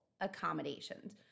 accommodations